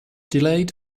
delayed